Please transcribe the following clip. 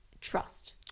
trust